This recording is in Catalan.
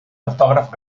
autògraf